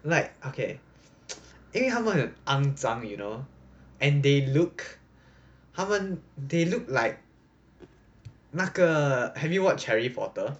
like okay 因为他们很肮脏 you know and they look 他们 they look like 那个 have you watched harry potter